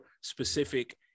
specific